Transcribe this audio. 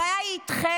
הבעיה היא איתכם,